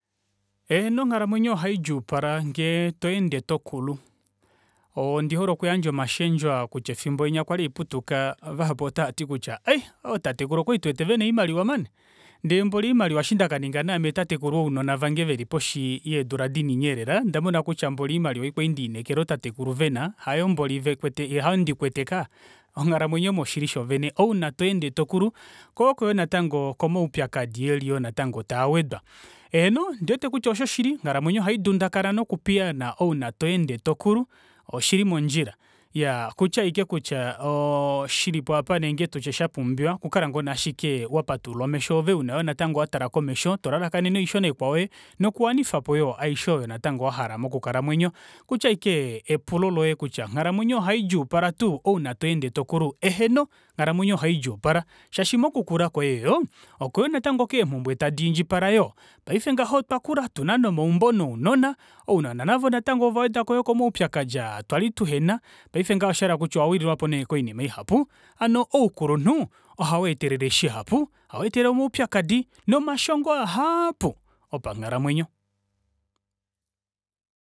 Eheno onghalamwenyo ohaidjuupala ngee toende tokulu. Oondihole okuyandja omashendo aa kutya, efimbo likwali haiputuka vahapu otavati kutya oi oo tatekulu okwali tuwete vena oimaliwa mani, ndee mboli oimaliwa eshi naame ndakaninga tatekulu wounona vange veli poshi yeedula dinini eelela onda mona kutya mboli oimaliwa ei kwali ndeli neekela ootatekulu vena hayo mboli vekwete hayo ndikwete kaya onghalamwenyo moshili shoovene ouna toende tokulu ko oko yoo natango komaupyakadi eli yoo natango taawedwa. Eheno ondiwete kutya oshoshili onghalamwenyo ohaidundakana noku piyaana ouna tweende tokulu oshili mondjla. Iyaa okutya aike kutya oo shilipo apa nenge tutye shapumbiwa okukala ngoo nee ashike wapatulula omesho ve una yoo natango watala komesho tolalakanene oishonekwa yoye nokuwanifapo yoo natango aishe wahala natango moku kalamwenyo. Okutya aike epulo loye kutya onghalamwenyo oihaidjuupala tuu ouna toende tokulu? Eheno onghalomwenyo ohadjuupala shaashi mokukula kwoye yoo oko yoo natango keemumbwe tadi ndjipala yoo paife ngaha twakula otuna nomaumbo nounona, ounona navo yoo natango ovawedako yoo komaupyakadi aa twali tuhena paife ngaha oshahala kutya owa wililwapo nee koinima ihapu hano oukulunhu oha weetelele shihapu ohaweeetelele omaupyakadi nomashongo ahaapu opanghalamwenyo.